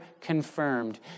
confirmed